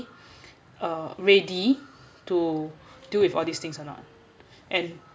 uh ready to do deal with all these things or not and